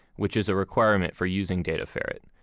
which is a requirement for using dataferrett.